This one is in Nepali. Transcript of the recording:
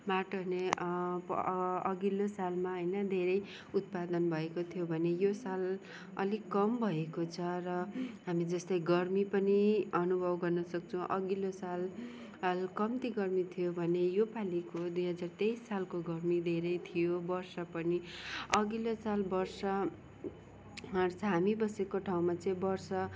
माटो नै अघिल्लो सालमा होइन धेरै उत्पादन भएको थियो भने यो साल अलिक कम भएको छ र हामी जस्तै गर्मी पनि अनुभव गर्न सक्छौँ अघिल्लो साल कम्ती गर्मी थियो भने यो पालीको दुई हजार तेइस सालको गर्मी धेरै थियो वर्ष पनि अघिल्लो साल वर्ष हामी बसेको ठाउँमा चाहिँ वर्ष